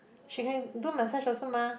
she can do massage also mah